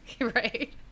Right